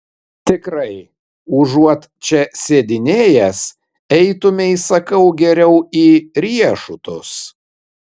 tikrai užuot čia sėdinėjęs eitumei sakau geriau į riešutus